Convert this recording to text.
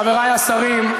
חברי השרים,